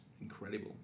incredible